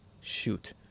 Shoot